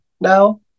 now